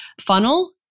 funnel